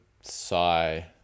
sigh